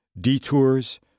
detours